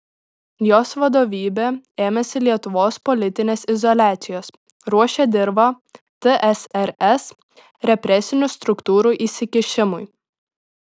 jos vadovybė ėmėsi lietuvos politinės izoliacijos ruošė dirvą tsrs represinių struktūrų įsikišimui